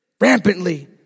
rampantly